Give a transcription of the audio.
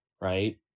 Right